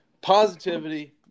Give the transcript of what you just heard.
positivity